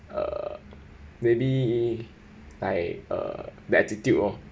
uh maybe like uh bad attitude oh